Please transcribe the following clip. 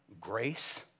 grace